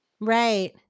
Right